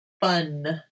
fun